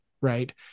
right